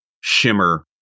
shimmer